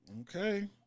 okay